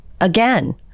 again